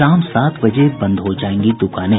शाम सात बजे बंद हो जायेंगी द्कानें